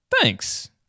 thanks